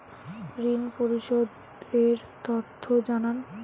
ঋন পরিশোধ এর তথ্য জানান